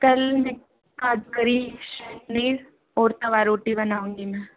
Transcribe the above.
कल मैं काजू करी शाही पनीर और तवा रोटी बनाऊंगी मैं